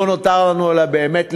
לא נותר לנו אלא באמת לברך,